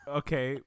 okay